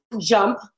jump